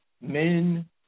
men